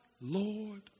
Lord